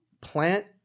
plant